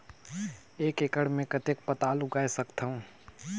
एक एकड़ मे कतेक पताल उगाय सकथव?